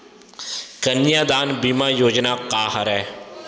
कन्यादान बीमा योजना का हरय?